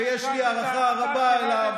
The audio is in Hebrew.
שיש לי הערכה רבה אליו,